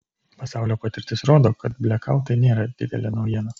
pasaulio patirtis rodo kad blekautai nėra didelė naujiena